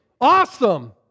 Awesome